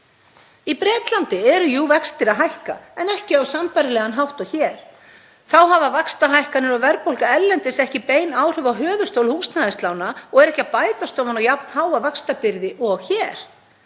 Í Bretlandi eru vextir að hækka en ekki á sambærilegan hátt og hér. Þá hafa vaxtahækkanir og verðbólga erlendis ekki bein áhrif á höfuðstól húsnæðislána og bætast því ekki ofan á jafnháa vaxtabyrði og hér.